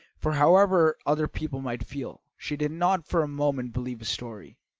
for, however other people might feel, she did not for a moment believe his story.